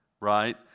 right